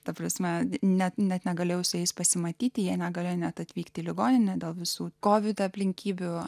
ta prasme net net negalėjau su jais pasimatyti jei negalia net atvykti į ligoninę dėl visų kovid aplinkybių